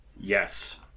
yes